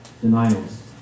denials